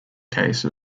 case